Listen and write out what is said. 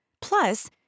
Plus